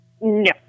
No